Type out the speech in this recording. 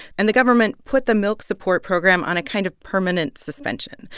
and the government put the milk support program on a kind of permanent suspension.